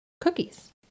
cookies